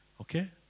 Okay